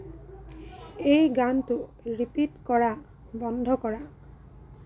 এই গানটো ৰিপিট কৰা বন্ধ কৰা